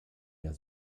der